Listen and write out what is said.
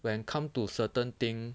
when come to certain thing